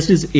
justice A